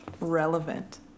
relevant